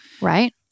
Right